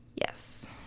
yes